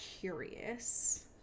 curious